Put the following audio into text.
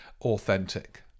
authentic